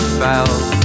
fell